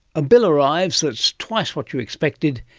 a bill arrives that's twice what you expected,